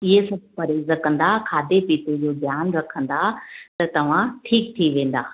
इहे सभु परहेज कंदा खाधे पीते जो ध्यानु रखंदा त तव्हां ठीकु थी वेंदा